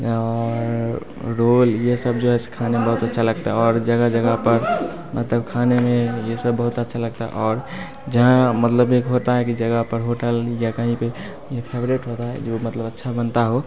और रोल ये सब जो है से खाने में बहुत अच्छा लगता है और जगह जगह पर मतलब खाने में ये सब बहुत अच्छा लगता है और जहाँ मतलब एक होता है कि जगह पर होटल या कहीं पर ये फेवरेट होता है जो मतलब अच्छा बनता हो